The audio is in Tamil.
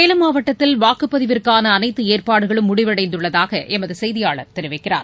சேலம் மாவட்டத்தில் வாக்குப்பதிவிற்கானஅனைத்துஏற்பாடுகளும் முடிவடைந்துள்ளதாகஎமதுசெய்தியாளர் தெரிவிக்கிறார்